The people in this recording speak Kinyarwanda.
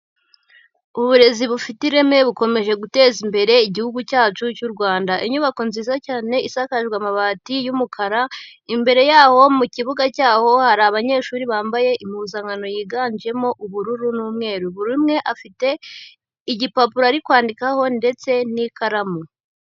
Uburezi bufite ireme bukomeje guteza imbere igihugu cyacu cy'u Rwanda, inyubako nziza cyane isakajwe amabati y'umukara, imbere yaho mu kibuga cyaho hari abanyeshuri bambaye impuzankano yiganjemo ubururu n'umweru, buri umwe afite igipapuro ari kwandikaho ndetse n'ikaramu.